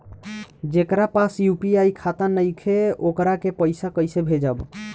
जेकरा पास यू.पी.आई खाता नाईखे वोकरा के पईसा कईसे भेजब?